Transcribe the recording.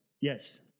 Yes